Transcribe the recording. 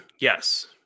Yes